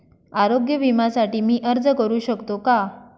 आरोग्य विम्यासाठी मी अर्ज करु शकतो का?